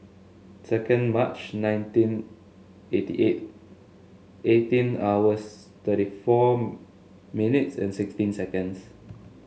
second March nineteen eighty eight eighteen hours thirty four minutes and sixteen seconds